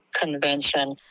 convention